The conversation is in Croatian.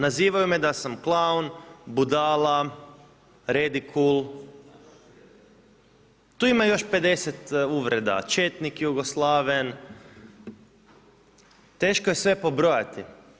Nazivaju me da sam klaun, budala, redikul, tu ima još 50 uvreda, četnik, jugoslaven, teško je sve pobrojati.